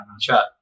chat